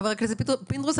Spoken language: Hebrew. חבר הכנסת פינדרוס,